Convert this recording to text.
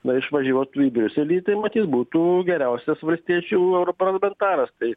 na išvažiuotų į briuselį tai matyt būtų geriausias valstiečių europarlamentaras tai